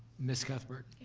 miss cuthbert.